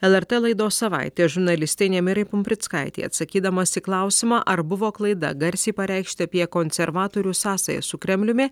lrt laidos savaitė žurnalistei nemirai pumprickaitei atsakydamas į klausimą ar buvo klaida garsiai pareikšti apie konservatorių sąsajas su kremliumi